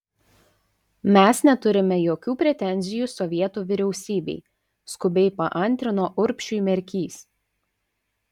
mes neturime jokių pretenzijų sovietų vyriausybei skubiai paantrino urbšiui merkys